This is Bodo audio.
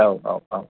औ औ औ